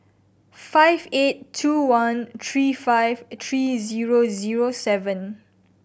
five eight two one three five three zero zero seven